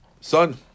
son